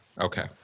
Okay